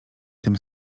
tym